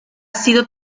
sido